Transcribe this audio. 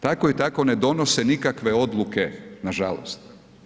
Tako i tako ne donose nikakve odluke nažalost.